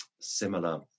similar